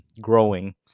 growing